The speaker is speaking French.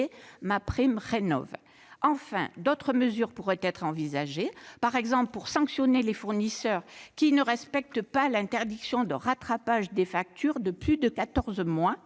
MaPrimeRénov'. Enfin, d'autres mesures pourraient être envisagées : par exemple sanctionner les fournisseurs qui ne respectent pas l'interdiction de rattrapage des factures de plus de quatorze